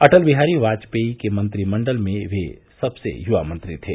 अटल बिहारी वाजपेयी के मंत्रिमंडल में वे सबसे युवा मंत्री थे